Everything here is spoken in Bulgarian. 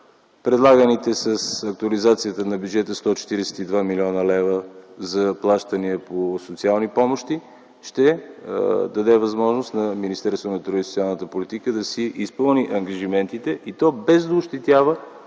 предлаганите с актуализацията на бюджета 142 млн. лв. за плащания по социални помощи ще дадат възможност на Министерството на труда и социалната политика да си изпълни ангажиментите и то без да ощетява